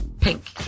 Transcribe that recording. Pink